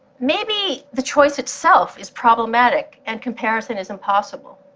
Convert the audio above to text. maybe the choice itself is problematic, and comparison is impossible.